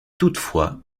toutefois